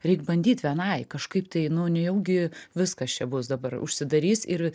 reik bandyt vienai kažkaip tai nu nejaugi viskas čia bus dabar užsidarys ir